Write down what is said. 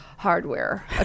hardware